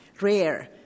rare